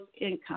income